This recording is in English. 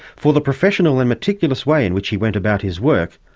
for the professional and meticulous way in which he went about his work,